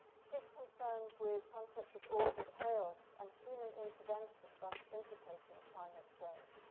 she's concerned with concepts of order, chaos and human intervention, thus implicating climate change.